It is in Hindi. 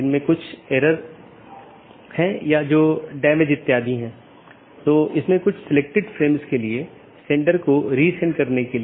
इसलिए जब एक बार BGP राउटर को यह अपडेट मिल जाता है तो यह मूल रूप से सहकर्मी पर भेजने से पहले पथ विशेषताओं को अपडेट करता है